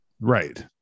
Right